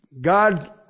God